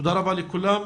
תודה רבה לכולם.